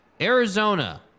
Arizona